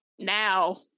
now